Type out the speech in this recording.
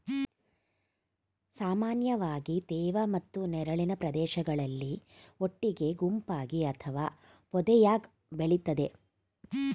ಸಾಮಾನ್ಯವಾಗಿ ತೇವ ಮತ್ತು ನೆರಳಿನ ಪ್ರದೇಶಗಳಲ್ಲಿ ಒಟ್ಟಿಗೆ ಗುಂಪಾಗಿ ಅಥವಾ ಪೊದೆಯಾಗ್ ಬೆಳಿತದೆ